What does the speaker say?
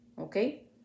okay